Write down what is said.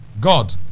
God